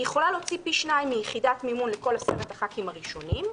יכולה להוציא פי שניים מיחידת מימון לכל עשרת חברי הכנסת הראשונים,